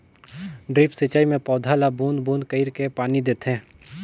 drip सिंचई मे पउधा ल बूंद बूंद कईर के पानी देथे